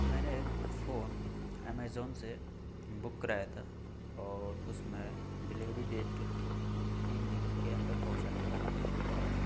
میں نے ایک فون امیزون سے بک کرایا تھا اور اس میں ڈلیوری ڈیٹ تین دن کے اندر پہنچانے کے لیے کہا تھا